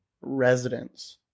residents